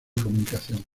comunicación